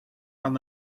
aan